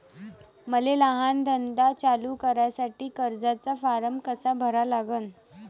मले लहान धंदा चालू करासाठी कर्जाचा फारम कसा भरा लागन?